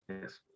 yes